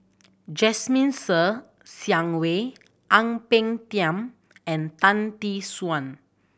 Jasmine Ser Xiang Wei Ang Peng Tiam and Tan Tee Suan